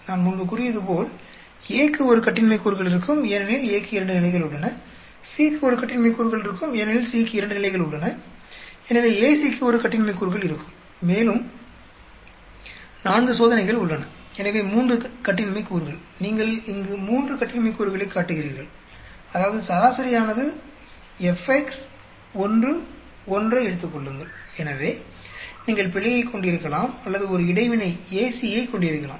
நான் முன்பு கூறியது போல் A க்கு 1 கட்டின்மை கூறுகள் இருக்கும் ஏனெனில் A க்கு இரண்டு நிலைகள் உள்ளன C க்கு 1 கட்டின்மை கூறுகள் இருக்கும் ஏனெனில் C க்கு இரண்டு நிலைகள் உள்ளன எனவே AC க்கு 1 கட்டின்மை கூறுகள் இருக்கும் மேலும் 4 சோதனைகள் உள்ளன எனவே 3 கட்டின்மை கூறுகள் நீங்கள் இங்கு 3 கட்டின்மை கூறுகளைக் காட்டுகிறீர்கள் அதாவது சராசரி ஆனது fx 1 1 ஐ எடுத்துக் கொள்ளுங்கள் எனவே நீங்கள் பிழையை கொண்டிருக்கலாம் அல்லது ஒரு இடைவினை AC யைக் கொண்டிருக்கலாம்